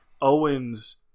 Owens